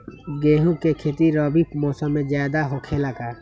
गेंहू के खेती रबी मौसम में ज्यादा होखेला का?